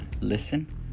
listen